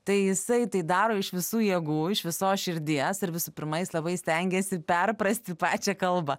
tai jisai tai daro iš visų jėgų iš visos širdies ir visų pirma jis labai stengiasi perprasti pačią kalbą